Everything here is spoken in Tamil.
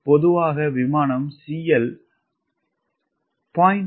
பொதுவாக விமானம் CL 0